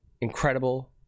incredible